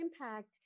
impact